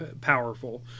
powerful